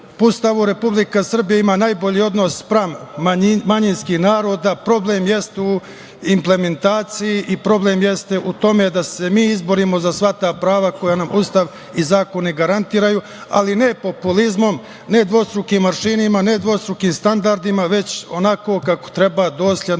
Ustavu Republika Srbija ima najbolji odnos spram manjinskih naroda. Problem jeste u implementaciji i problem jeste u tome da se mi izborimo za sva ta prava koja nam Ustav i zakoni garantuju, ali ne populizmom, ne dvostrukim aršinima, ne dvostrukim standardima, već onako kako treba – dosledno,